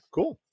Cool